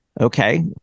Okay